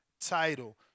title